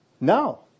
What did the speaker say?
No